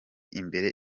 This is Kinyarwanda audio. imbere